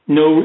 no